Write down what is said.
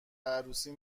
عروسی